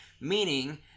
Meaning